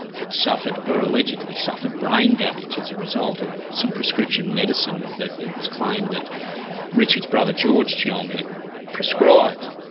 had suffered, or allegedly suffered, brain damage as a result of some prescription medicine that it was claimed that richard's brother george tjiong had prescribed.